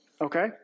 Okay